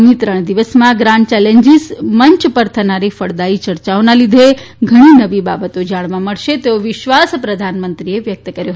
આગામી ત્રણ દિવસમાં ગ્રાન્ડ ચેલેન્જીસ મંચ પર થનારી ફળદાથી ચર્ચાઓના લીધે ઘણી નવી બાબતો જાણવા મળશે તેવો વિશ્વાસ પ્રધાનમંત્રીએ વ્યક્ત કર્યો હતો